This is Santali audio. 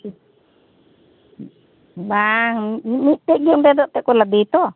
ᱵᱟᱝ ᱢᱤᱫ ᱢᱤᱫᱴᱮᱡᱜᱮ ᱚᱸᱰᱮ ᱫᱚ ᱮᱛᱮᱜᱠᱚ ᱞᱟᱫᱮᱭᱟ ᱛᱚ